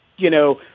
you know.